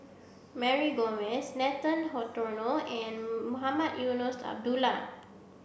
Mary Gomes Nathan Hartono and Mohamed Eunos Abdullah